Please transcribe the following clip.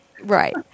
Right